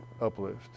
uplift